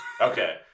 okay